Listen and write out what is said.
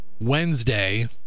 Wednesday